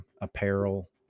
apparel